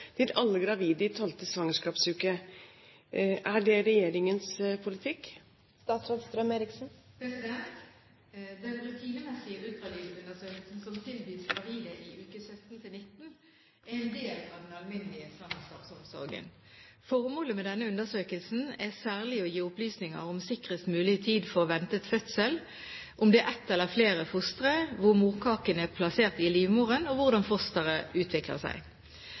er en del av den alminnelige svangerskapsomsorgen. Formålet med denne undersøkelsen er særlig å gi opplysninger om sikrest mulig tid for ventet fødsel, om det er ett eller flere fostre, hvor morkaken er plassert i livmoren, og hvordan fosteret utvikler seg.